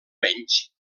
menys